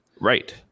Right